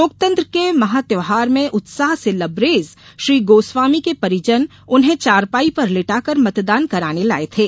लोकतंत्र के महात्यौहार में उत्साह से लबरेज श्री गोस्वामी के परिजन उन्हें चारपाई पर लिटाकर मतदान कराने लाये थे